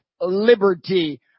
liberty